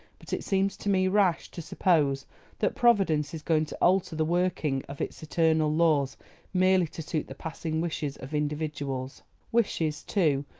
but it seems to me rash to suppose that providence is going to alter the working of its eternal laws merely to suit the passing wishes of individuals wishes, too,